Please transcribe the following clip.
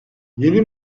yeni